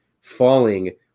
falling